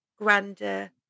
grander